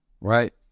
Right